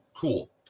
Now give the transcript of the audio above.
cool